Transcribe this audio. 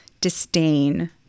disdain